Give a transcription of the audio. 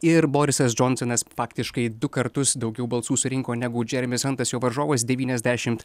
ir borisas džonsonas faktiškai du kartus daugiau balsų surinko negu džeremis hantas jo varžovas devyniasdešim